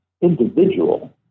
individual